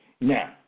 Now